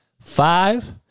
Five